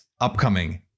upcoming